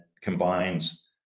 combines